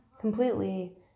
completely